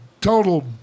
total